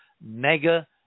mega